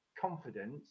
confidence